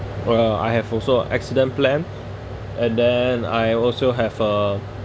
uh I have also accident plan and then I also have a